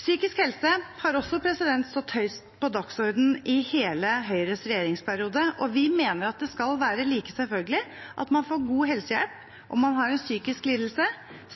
Psykisk helse har også stått høyt på dagsordenen i hele Høyres regjeringsperiode. Vi mener at det skal være like selvfølgelig at man får god helsehjelp om man har en psykisk lidelse